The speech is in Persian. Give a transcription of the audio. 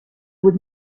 بود